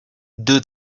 due